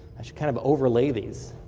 i should kind of overlay these.